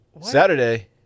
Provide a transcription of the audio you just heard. Saturday